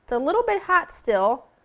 so little bit hot still,